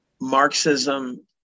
Marxism